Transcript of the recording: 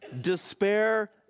Despair